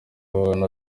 abana